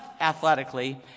athletically